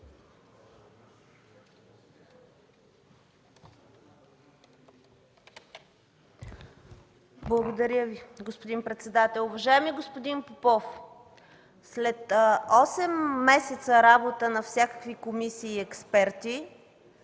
Благодаря Ви, господин председател.